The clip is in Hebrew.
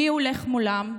מי שהולך מולם,